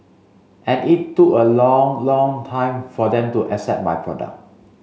and it a long long time for them to accept my product